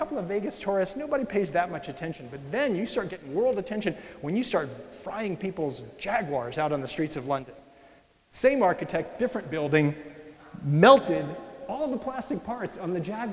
couple of vegas tourists nobody pays that much attention but then you start getting world attention when you start frying people's jaguars out on the streets of london same architect different building melted all the plastic parts on the job